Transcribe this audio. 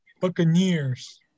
Buccaneers